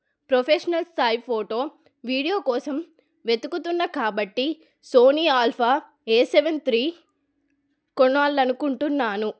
professional సాయి photo video కోసం వెతుకుతున్న కాబట్టి Sony Alpha A seven three కొనాలనుకుంటున్నాను